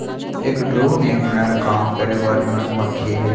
एक ड्रोन एक नर काम करे वाली मधुमक्खी हई